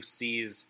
sees